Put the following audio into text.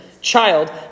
child